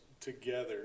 together